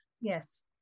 Yes